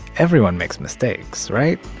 everyone makes mistakes, right?